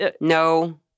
No